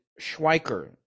Schweiker